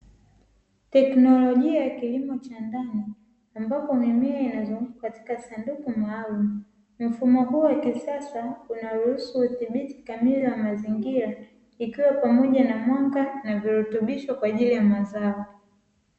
Tekinolojia ya kilimo cha ndani ambapo mimea inazunguka katika sanduku maalumu mfumo huu wa kisasa unaruhusu uthibiti kamili wa mazingira ikiwa pamoja na mwanga na virutubisho kwa ajili ya mazao.